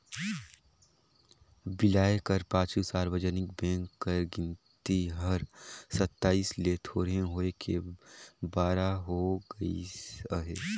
बिलाए कर पाछू सार्वजनिक बेंक कर गिनती हर सताइस ले थोरहें होय के बारा होय गइस अहे